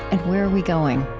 and where are we going?